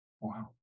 Wow